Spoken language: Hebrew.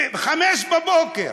ב-05:00,